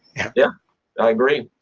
yeah i agree.